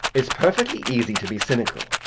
it's perfectly easy to be cynical.